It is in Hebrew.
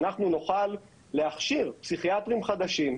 אנחנו נוכל להכשיר פסיכיאטרים חדשים.